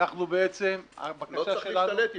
לא צריך להשתלט.